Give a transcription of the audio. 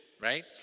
right